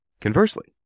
Conversely